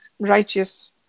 righteous